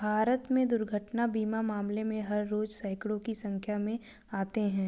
भारत में दुर्घटना बीमा मामले हर रोज़ सैंकडों की संख्या में आते हैं